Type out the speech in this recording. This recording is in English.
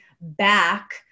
back